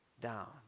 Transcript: down